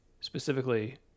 Specifically